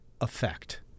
effect